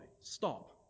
Stop